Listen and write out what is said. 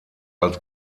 als